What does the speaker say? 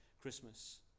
Christmas